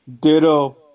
Ditto